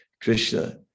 krishna